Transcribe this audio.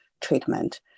treatment